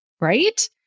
right